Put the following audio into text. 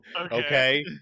Okay